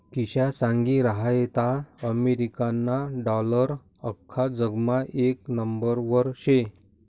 किशा सांगी रहायंता अमेरिकाना डालर आख्खा जगमा येक नंबरवर शे